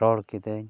ᱨᱚᱲ ᱠᱮᱫᱟᱹᱧ